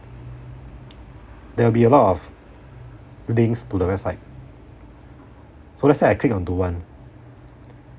there'll be a lot of links to the website so let say I click onto one